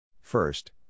First